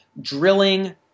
drilling